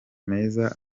meza